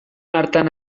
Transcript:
hartan